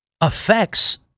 affects